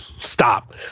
stop